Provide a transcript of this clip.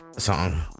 Song